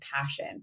passion